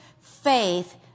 faith